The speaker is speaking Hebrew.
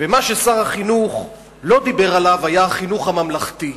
ומה ששר החינוך לא דיבר עליו היה החינוך הממלכתי.